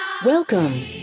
Welcome